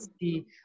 see